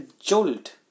jolt